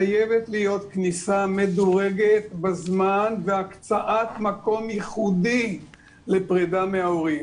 חייבת להיות כניסה מדורגת בזמן והקצאת מקום ייחודי לפרידה מההורים,